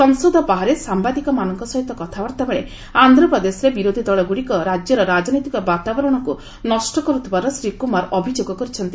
ସଂସଦ ବାହାରେ ସାମ୍ବାଦିକମାନଙ୍କ ସହିତ କଥାବାର୍ତ୍ତା ବେଳେ ଆନ୍ଧ୍ରପ୍ରଦେଶରେ ବିରୋଧୀ ଦଳଗୁଡ଼ିକ ରାଜ୍ୟର ରାଜନୈତିକ ବାତାବରଣକୁ ନଷ୍ଟ କରୁଥିବାର ଶ୍ରୀ କୁମାର ଅଭିଯୋଗ କରିଛନ୍ତି